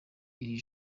iri